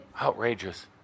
Outrageous